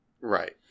Right